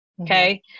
Okay